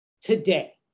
today